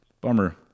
bummer